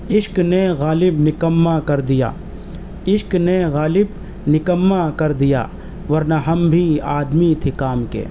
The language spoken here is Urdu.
عشک نے غالب نکمہ کر دیا عشک نے غالب نکمہ کر دیا ورنہ ہم بھی آدمی تھے کام کے